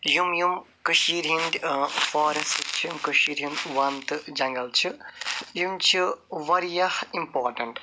یِم یِم کٔشیٖرِ ہِنٛدۍ فارٮ۪سٹ چھِ یِم کٔشیٖرِ ہِنٛدۍ وَن تہٕ جنگل چھ یِم چھِ واریاہ اِمپاٹنٹ